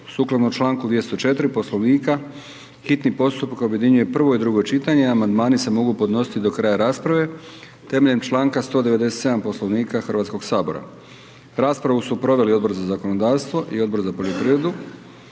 Sukladno članku 204. Poslovnika hitni postupak objedinjuje prvo i drugo čitanje i amandmani se mogu podnositi do kraja rasprave temeljem članka 197. Poslovnika Hrvatskog sabora. Raspravu su proveli Odbor za zakonodavstvo i Odbor za poljoprivredu.